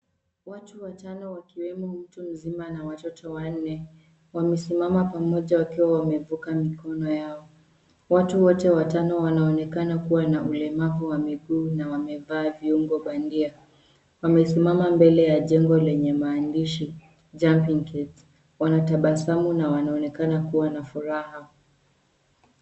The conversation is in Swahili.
Watu watano wakiwemo mtu mzima na watoto wanne. Wamesimama pamoja wakiwa wamevuka mikono yao. Watu wote watano wanaonekana kuwa na ulemavu wa miguu na wamevaa viungo bandia. Wamesimama mbele ya jengo lenye maandishi [Jumping kids]. Wanatabasamu na wanoenekana kuwa na furaha.